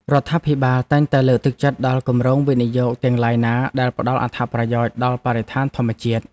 រដ្ឋាភិបាលតែងតែលើកទឹកចិត្តដល់គម្រោងវិនិយោគទាំងឡាយណាដែលផ្តល់អត្ថប្រយោជន៍ដល់បរិស្ថានធម្មជាតិ។